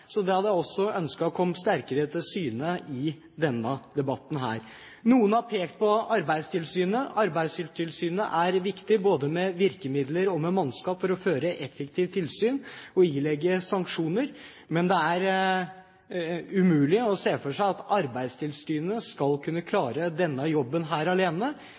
Det hadde jeg ønsket kom sterkere til syne i denne debatten. Noen har pekt på Arbeidstilsynet. Arbeidstilsynet er viktig med hensyn til både virkemidler og mannskap for å føre effektivt tilsyn og ilegge sanksjoner, men det er umulig å se for seg at Arbeidstilsynet skal kunne klare denne jobben alene.